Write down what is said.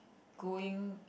going